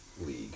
league